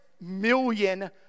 million